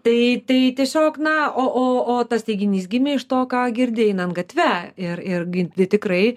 tai tai tiesiog na o o o tas teiginys gimė iš to ką girdi einant gatve ir ir gi tikrai